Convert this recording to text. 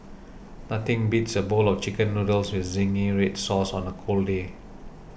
nothing beats a bowl of Chicken Noodles with Zingy Red Sauce on a cold day